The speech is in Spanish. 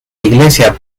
iglesia